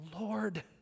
Lord